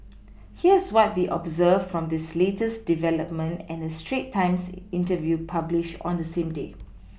here's what we observed from this latest development and a Straits times interview published on the same day